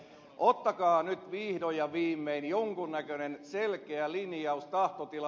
ottakaa nyt vihdoin ja viimeinen jonkun näköinen selkeä linjaus tahtotila